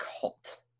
cult